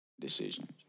decisions